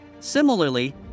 Similarly